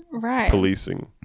policing